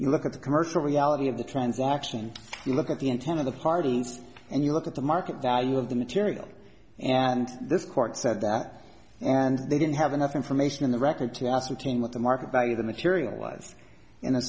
you look at the commercial reality of the transaction you look at the intent of the party and you look at the market value of the material and this court said that and they didn't have enough information in the record to ascertain what the market value of the material was in a